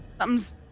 Something's